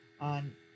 on